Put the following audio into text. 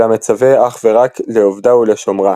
אלא מצווה אך ורק "לעבדה ולשמרה"